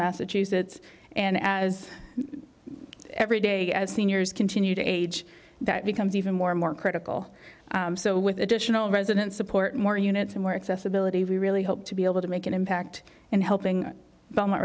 massachusetts and as every day seniors continue to age that becomes even more and more critical so with additional residents support more units and work this ability we really hope to be able to make an impact in helping belmont